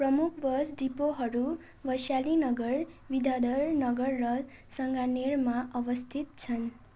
प्रमुख बस डिपोहरू वैशाली नगर विद्याधर नगर र सङ्गानिरमा अवस्थित छन्